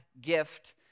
gift